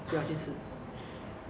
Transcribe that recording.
!whoa! 难怪 ah